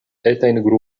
etajn